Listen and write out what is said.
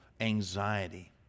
anxiety